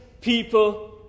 people